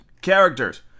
characters